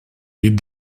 pit